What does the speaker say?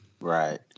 Right